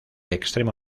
extremo